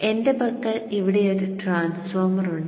എന്റെ പക്കൽ ഇവിടെ ഒരു ട്രാൻസ്ഫോർമർ ഉണ്ട്